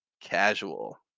casual